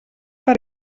per